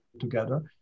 together